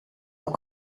auch